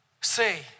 say